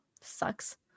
sucks